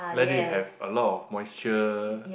let it have a lot of moisture